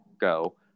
go